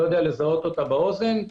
לא יודע לזהות אותה לא באוזן.